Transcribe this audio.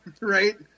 right